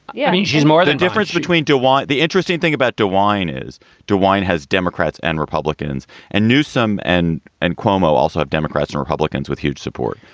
yeah, she's more than difference between two why? the interesting thing about dewine is dewine has democrats and republicans and newsome and and cuomo also have democrats and republicans with huge support.